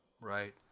Right